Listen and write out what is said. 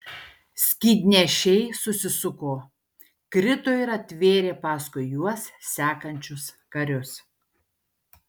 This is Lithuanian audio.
skydnešiai susisuko krito ir atvėrė paskui juos sekančius karius